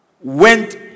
went